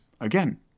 again